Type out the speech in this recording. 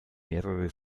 mehrere